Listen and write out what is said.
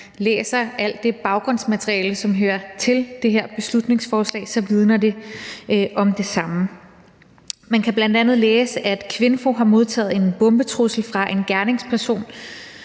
læser alt det baggrundsmateriale, som hører til det her beslutningsforslag, vidner det om det samme. Man kan bl.a. læse, at KVINFO har modtaget en bombetrussel fra en gerningsperson,